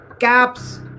caps